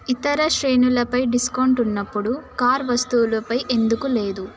ఇతర శ్రేణులపై డిస్కౌంట్ ఉన్నప్పుడు కార్ వస్తువులుపై ఎందుకు లేదు